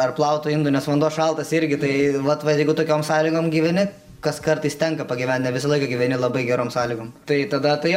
ar plaut tų indų nes vanduo šaltas irgi tai vat va jeigu tokiom sąlygom gyveni kas kartais tenka pagyvent nevisąlaik gyveni labai gerom sąlygom tai tada tai jo